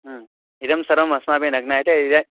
इदं सर्वम् अस्माभिः न ज्ञायते इदं